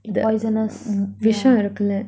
the poisonous yeah